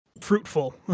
fruitful